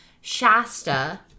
Shasta